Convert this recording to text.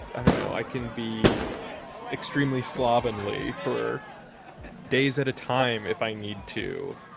i don't know. i can be extremely slovenly for days at a time if i need to